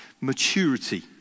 maturity